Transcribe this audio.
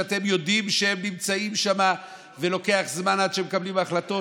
שאתם יודעים שנמצאים שם ולוקח זמן עד שהם מקבלים החלטות?